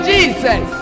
Jesus